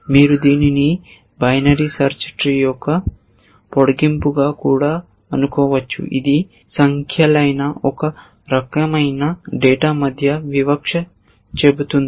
మీరు దీనిని binary search tree యొక్క పొడిగింపుగా కూడా అనుకోవచ్చు ఇది సంఖ్యలైన ఒకే రకమైన డేటా మధ్య వివక్ష చూపుతుంది